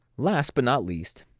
last but not least,